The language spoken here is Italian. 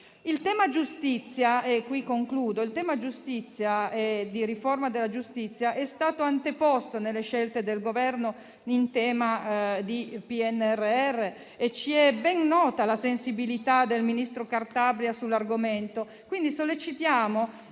Il tema della riforma della giustizia è stato anteposto nelle scelte del Governo in tema di PNRR e ci è ben nota la sensibilità del ministro Cartabia sull'argomento,